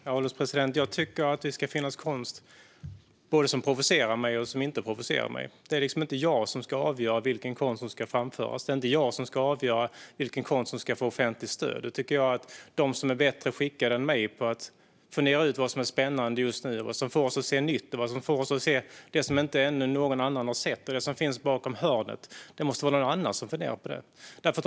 Herr ålderspresident! Jag tycker att det ska finnas både konst som provocerar mig och konst som inte provocerar mig. Det är inte jag som ska avgöra vilken konst som ska framföras. Det är inte jag som ska avgöra vilken konst som ska få offentligt stöd. Det tycker jag att de ska göra som är bättre skickade än jag att fundera ut vad som är spännande just nu, vad som får oss att se nytt och vad som får oss att se det som ännu ingen annan har sett och det som finns bakom hörnet. Det måste vara någon annan som funderar på det.